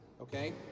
okay